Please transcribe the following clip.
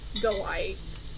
delight